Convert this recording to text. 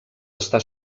està